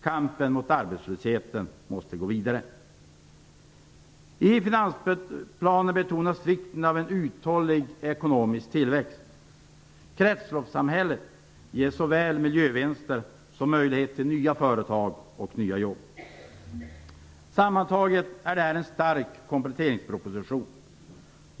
Kampen mot arbetslösheten måste gå vidare. I finansplanen betonas vikten av en uthållig ekonomisk tillväxt. Kretsloppssamhället ger såväl miljövinster som möjlighet till nya företag och nya jobb. Sammantaget är detta en stark kompletteringsproposition.